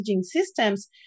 systems